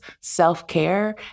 self-care